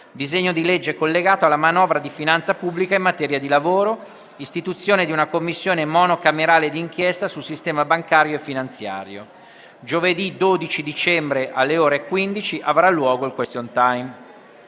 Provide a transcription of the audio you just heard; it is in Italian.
disegno di legge, collegato alla manovra di finanza pubblica, in materia di lavoro; istituzione di una Commissione monocamerale di inchiesta sul sistema bancario e finanziario. Giovedì 12 dicembre, alle ore 15, avrà luogo il *question time.*